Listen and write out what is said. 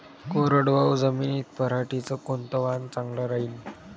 कोरडवाहू जमीनीत पऱ्हाटीचं कोनतं वान चांगलं रायीन?